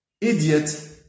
idiot